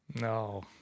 No